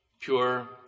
pure